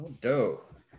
dope